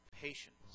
patience